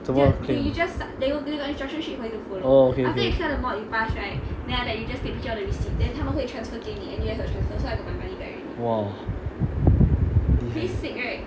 怎么 claim oh okay okay !wah! 厉害